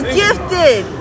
gifted